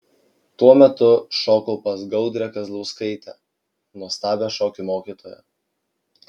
tuo metu šokau pas gaudrę kazlauskaitę nuostabią šokių mokytoją